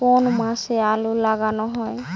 কোন মাসে আলু লাগানো হয়?